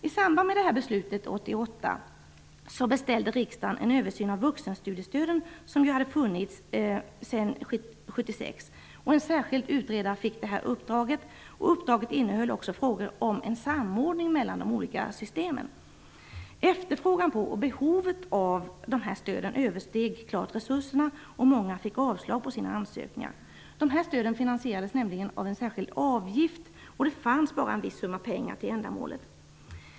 I samband med beslutet 1988 beställde riksdagen en översyn av vuxenstudiestöden, som ju hade funnits sedan 1976. En särskild utredare fick uppdraget, som också innehöll frågor om en samordning mellan de olika systemen. Efterfrågan på och behovet av dessa stöd översteg klart resurserna, och många fick avslag på sina ansökningar. Dessa stöd finansierades nämligen av en särskild avgift. Det fanns bara en viss summa pengar till ändamålet.